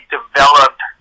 developed